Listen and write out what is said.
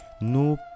No